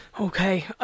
Okay